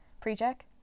pre-check